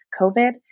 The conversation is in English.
COVID